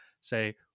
say